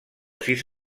sis